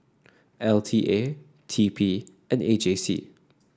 L T A T P and A J C